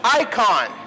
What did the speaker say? icon